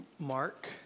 Mark